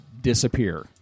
disappear